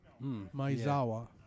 Maizawa